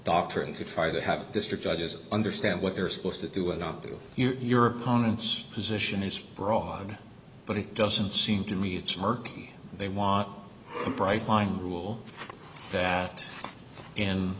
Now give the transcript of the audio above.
doctrine to try to have a district judges understand what they're supposed to do and up to you your opponent's position is broad but it doesn't seem to me it's murky they want a bright line rule that in